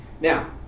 Now